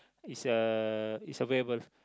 is a is available